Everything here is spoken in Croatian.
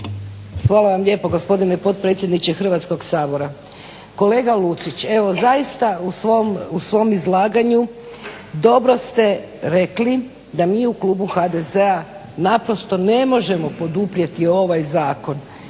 Hvala vam lijepo gospodine potpredsjedniče Hrvatskog sabora. Kolega Lucić evo zaista u svom izlaganju dobro ste rekli da mi u klubu HDZ-a naprosto ne možemo poduprijeti ovaj zakon